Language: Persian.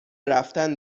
رفتن